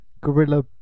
guerrilla